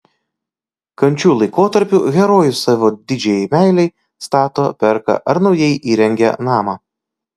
kančių laikotarpiu herojus savo didžiajai meilei stato perka ar naujai įrengia namą